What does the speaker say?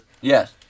Yes